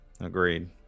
Agreed